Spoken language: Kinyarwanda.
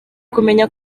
kumenya